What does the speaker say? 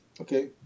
Okay